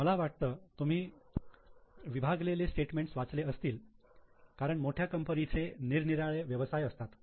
मला वाटतं तुम्ही विभाग लेले स्टेटमेंट्स वाचले असतील कारण मोठ्या कंपनीचे निरनिराळे व्यवसाय असतात